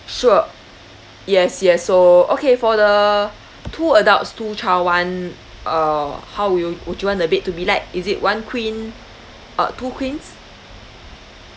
sure yes yes so okay for the two adults two child [one] uh how would you would you want the bed to be like is it one queen uh two queens